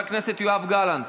חבר הכנסת יואב גלנט,